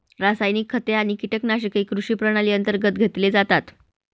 रासायनिक खते आणि कीटकनाशके कृषी प्रणाली अंतर्गत घेतले जातात